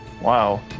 Wow